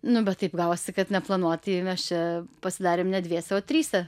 nu bet taip gavosi kad neplanuotai mes čia pasidarėm ne dviese o tryse